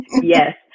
Yes